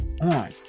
on